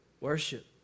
Worship